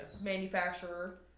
manufacturer